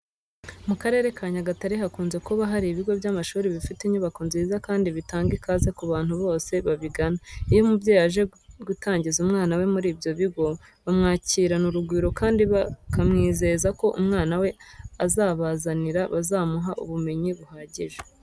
Mu karere ka Nyagatare hakunze kuba hari ibigo by'amashuri bifite inyubako nziza kandi bitanga ikaze ku bantu bose babigana. Iyo umubeyi aje gutangiza umwana we muri ibyo bigo, bamwakirana urugwiro kandi bakamwizeza ko umwana we abazaniye bazamuha ubumenyi buhagije.